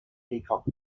peacock